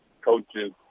coaches